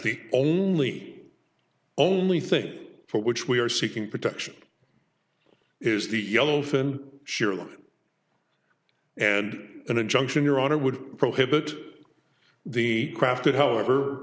the only only thing for which we are seeking protection is the yellow fin surely and an injunction your honor would prohibit the crafted however